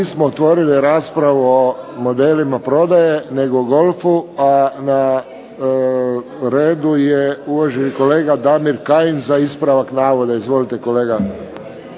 Nismo otvorili raspravu o modelima prodaje nego o golfu a na radu je uvaženi kolega Damir Kajin za ispravak netočnog navoda. Izvolite kolega.